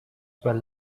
well